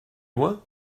loin